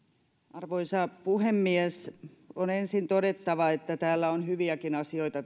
arvoisa puhemies on ensin todettava että tässä lisätalousarviossa on hyviäkin asioita